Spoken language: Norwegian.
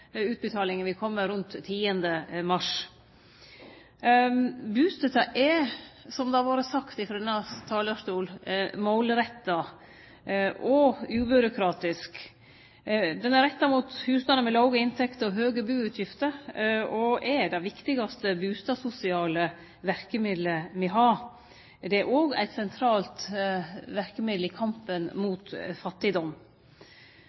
utbetalinga vil kome rundt 10. mars. Bustøtta er, som det har vore sagt frå denne talarstolen, målretta og ubyråkratisk. Ho er retta mot husstandar med låge inntekter og høge buutgifter og er det viktigaste bustadsosiale verkemidlet me har. Det er òg eit sentralt verkemiddel